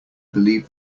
believe